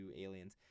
Aliens